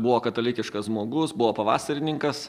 buvo katalikiškas žmogus buvo pavasarininkas